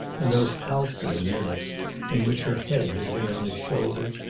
and those halcyon minutes in which her head had been on his shoulder,